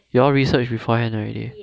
you all research beforehand